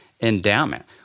endowment